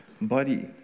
body